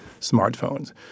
smartphones